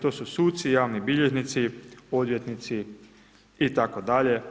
To su suci, javni bilježnici, odvjetnici itd.